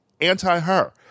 anti-her